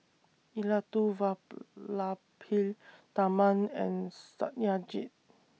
Elattuvalapil Tharman and Satyajit